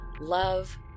Love